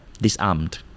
disarmed